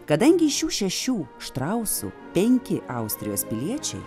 kadangi šių šešių štrausų penki austrijos piliečiai